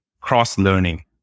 cross-learning